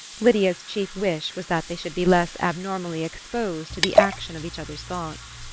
lydia's chief wish was that they should be less abnormally exposed to the action of each other's thoughts.